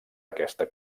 aquesta